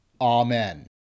Amen